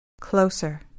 Closer